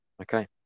Okay